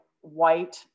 white